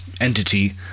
entity